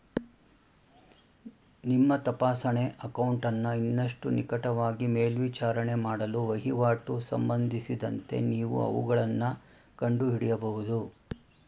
ನಿಮ್ಮ ತಪಾಸಣೆ ಅಕೌಂಟನ್ನ ಇನ್ನಷ್ಟು ನಿಕಟವಾಗಿ ಮೇಲ್ವಿಚಾರಣೆ ಮಾಡಲು ವಹಿವಾಟು ಸಂಬಂಧಿಸಿದಂತೆ ನೀವು ಅವುಗಳನ್ನ ಕಂಡುಹಿಡಿಯಬಹುದು